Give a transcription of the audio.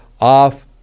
off